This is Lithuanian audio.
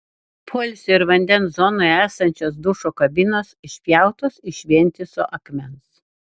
poilsio ir vandens zonoje esančios dušo kabinos išpjautos iš vientiso akmens